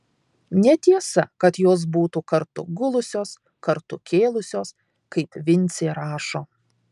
netiesa kad jos būtų kartu gulusios kartu kėlusios kaip vincė rašo